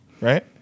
right